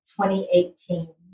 2018